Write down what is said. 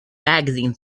magazine